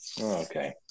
Okay